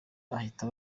ahita